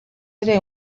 ere